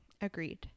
Agreed